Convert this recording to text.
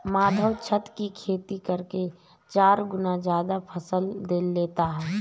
माधव छत की खेती करके चार गुना ज्यादा फसल लेता है